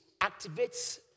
activates